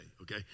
okay